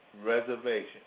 Reservation